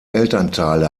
elternteile